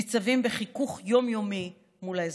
ניצבים בחיכוך יום-יומי עם האזרחים.